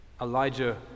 Elijah